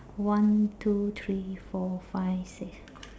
one two three four five six